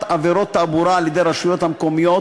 עבירות תעבורה על-ידי רשויות מקומיות